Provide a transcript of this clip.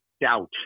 doubt